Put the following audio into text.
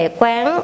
quán